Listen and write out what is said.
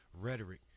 rhetoric